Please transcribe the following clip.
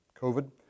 COVID